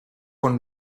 con